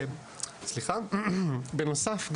בנוסף,